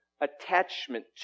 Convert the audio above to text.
attachment